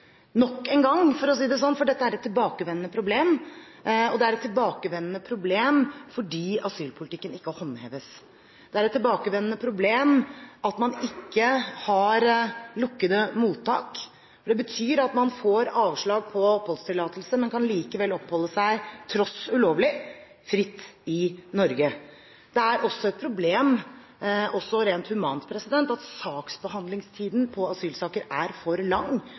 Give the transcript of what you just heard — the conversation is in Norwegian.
nok en gang, for å si det sånn, for dette er et tilbakevendende problem, og det er et tilbakevendende problem fordi asylpolitikken ikke håndheves. Det er et tilbakevendende problem at man ikke har lukkede mottak, for det betyr at man får avslag på oppholdstillatelse, men man kan likevel oppholde seg – på tross av at det er ulovlig – fritt i Norge. Det er også rent humant et problem at saksbehandlingstiden for asylsaker er for lang,